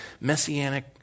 messianic